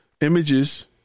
images